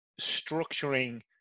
structuring